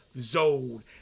zone